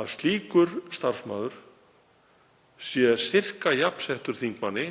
að slíkur starfsmaður sé sirka jafnsettur þingmanni,